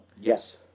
Yes